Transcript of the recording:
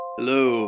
Hello